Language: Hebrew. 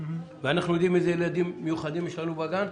ואנחנו יודעים איזה ילדים מיוחדים יש לנו בגן.